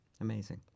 amazing